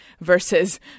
versus